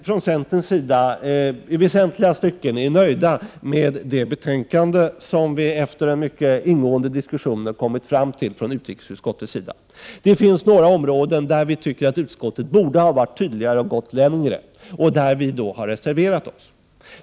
Från centerns sida är vi i väsentliga stycken nöjda med det betänkande vi i utrikesutskottet efter mycket ingående diskussioner kommit fram till. Det finns några områden där vi tycker att utskottet borde ha varit tydligare och gått längre, och där vi följaktligen har reserverat oss.